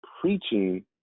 preaching